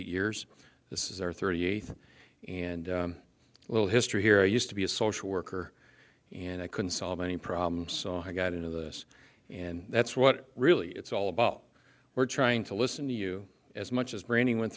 eight years this is our thirty eighth and a little history here used to be a social worker and i couldn't solve any problem so i got into this and that's what really it's all about we're trying to listen to you as much as brainy went